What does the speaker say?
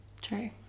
True